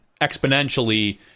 exponentially